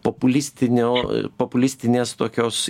populistinio populistinės tokios